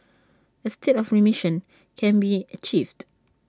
A state of remission can be achieved